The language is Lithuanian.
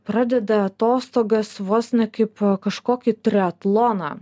pradeda atostogas vos ne kaip kažkokį triatloną